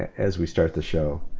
as we start the show.